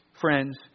friends